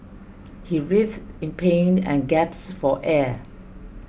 he writhed in pain and gasped for air